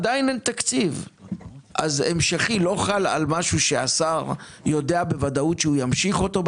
האם התקציב ההמשכי לא חל על משהו שהשר יודע בוודאות שהוא ימשיך אותו?